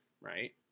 right